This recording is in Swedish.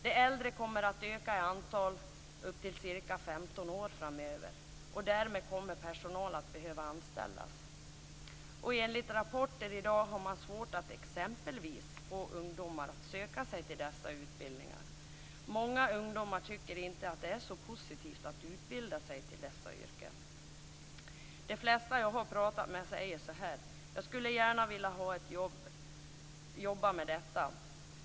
De äldre kommer att öka i antal i upp till ca 15 år framöver, och därmed kommer personal att behöva anställas. Enligt rapporter har man i dag svårt att exempelvis få ungdomar att söka sig till dessa utbildningar. Många ungdomar tycker inte att det är så positivt att utbilda sig till dessa yrken. De flesta jag har pratat med säger att de gärna skulle vilja jobba med detta.